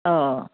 অঁ